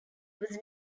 was